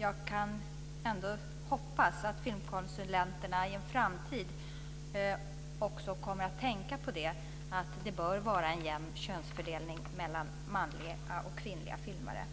Jag kan bara hoppas att filmkonsulenterna i en framtid också kommer att tänka på att det bör vara en jämn könsfördelning mellan manliga och kvinnliga filmare.